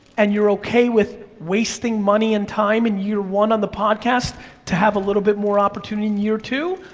and you're okay with wasting money and time and year one on the podcast to have a little bit more opportunity in year two,